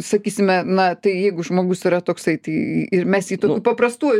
sakysime na tai jeigu žmogus yra toksai tai ir mes jį paprastuoju